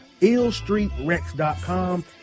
illstreetrex.com